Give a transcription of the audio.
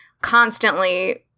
constantly